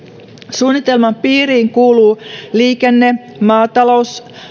suunnitelman piiriin kuuluu liikenne maatalous